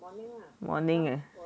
morning ah